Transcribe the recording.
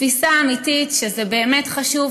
תפיסה אמיתית שזה באמת חשוב,